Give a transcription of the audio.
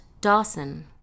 Dawson